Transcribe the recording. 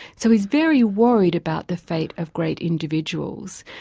so he's very worried about the fate of great individuals,